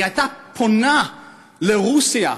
הייתה פונה לרוסיה,